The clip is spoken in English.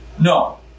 No